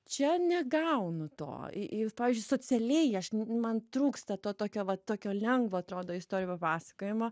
čia negaunu to i i pavyzdžiui socialiai aš man trūksta to tokio va tokio lengvo atrodo istorijų papasakojimo